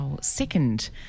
second